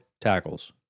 tackles